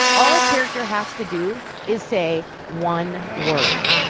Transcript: all a character has to do is say one word.